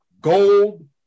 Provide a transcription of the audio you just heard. gold